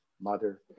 mother